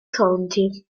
county